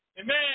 Amen